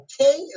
okay